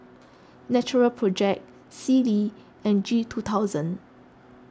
Natural Project Sealy and G two thousand